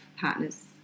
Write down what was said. partner's